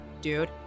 dude